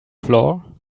floor